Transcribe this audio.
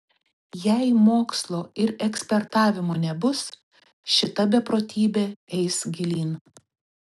jei mokslo ir ekspertavimo nebus šita beprotybė eis gilyn